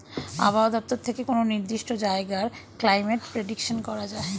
আবহাওয়া দপ্তর থেকে কোনো নির্দিষ্ট জায়গার ক্লাইমেট প্রেডিকশন করা যায়